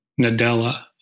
Nadella